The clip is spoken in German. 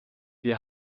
wir